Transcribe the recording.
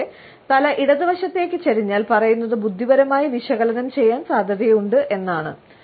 നിങ്ങളുടെ തല ഇടതുവശത്തേക്ക് ചരിഞ്ഞാൽ പറയുന്നത് ബുദ്ധിപരമായി വിശകലനം ചെയ്യാൻ സാധ്യതയുണ്ട് എന്നാണ്